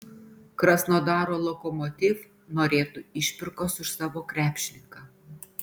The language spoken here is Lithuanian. krasnodaro lokomotiv norėtų išpirkos už savo krepšininką